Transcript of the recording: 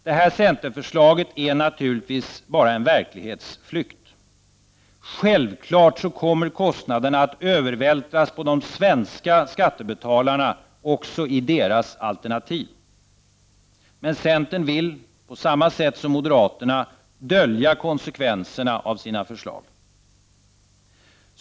Detta centerförslag är naturligvis bara en verklighetsflykt. Självklart kommer kostnaderna att övervältras på svenska skattebetalare också i deras alternativ. Men centern vill på samma sätt som moderaterna dölja konsekvenserna av sina förslag.